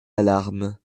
alarmes